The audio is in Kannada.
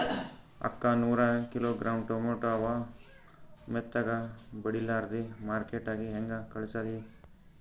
ಅಕ್ಕಾ ನೂರ ಕಿಲೋಗ್ರಾಂ ಟೊಮೇಟೊ ಅವ, ಮೆತ್ತಗಬಡಿಲಾರ್ದೆ ಮಾರ್ಕಿಟಗೆ ಹೆಂಗ ಕಳಸಲಿ?